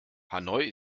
hanoi